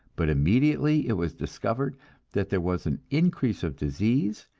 but immediately it was discovered that there was an increase of disease,